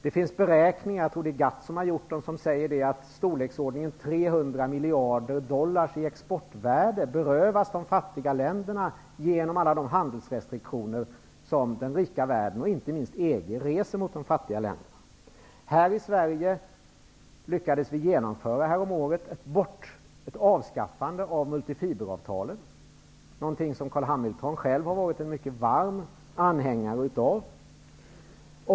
Det finns beräkningar -- jag tror att det är GATT som har gjort dem -- som säger att ca 300 miljarder dollar i exportvärde berövas de fattiga länderna genom alla de handelsrestriktioner som den rika världen, och inte minst EG, reser mot de fattiga länderna. Här i Sverige lyckades vi häromåret genomföra ett avskaffande av multifiberavtalen, någonting som Carl B Hamilton själv varit en mycket varm anhängare av.